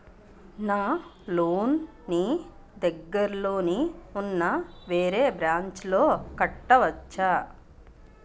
నా లోన్ నీ దగ్గర్లోని ఉన్న వేరే బ్రాంచ్ లో కట్టవచా?